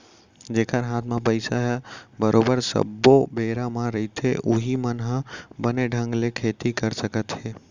जेखर हात म पइसा ह बरोबर सब्बो बेरा म रहिथे उहीं मन ह बने ढंग ले खेती कर सकत हे